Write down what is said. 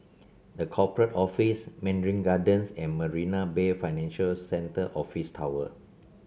The Corporate Office Mandarin Gardens and Marina Bay Financial Centre Office Tower